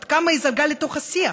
עד כמה היא זלגה לתוך השיח?